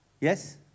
Yes